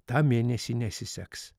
tą mėnesį nesiseks